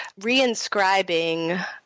reinscribing